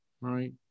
right